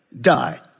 die